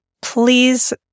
Please